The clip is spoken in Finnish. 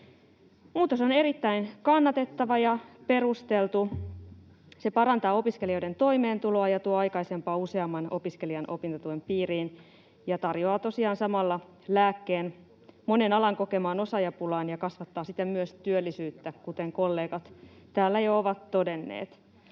Muutos on erittäin kannatettava ja perusteltu. Se parantaa opiskelijoiden toimeentuloa ja tuo aikaisempaa useamman opiskelijan opintotuen piiriin ja tarjoaa tosiaan samalla lääkkeen monen alan kokemaan osaajapulaan ja kasvattaa siten myös työllisyyttä, kuten kollegat täällä jo ovat todenneet.